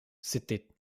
c’était